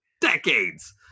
decades